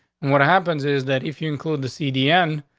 and what happens is that if you include the cdn,